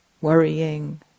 worrying